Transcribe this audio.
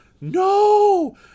no